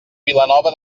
vilanova